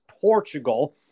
Portugal